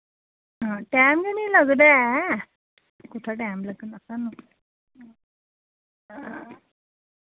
हां टैम गै नी लगदा ऐ कुत्थैं टैम लग्गना स्हानू हां